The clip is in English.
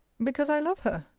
because i love her.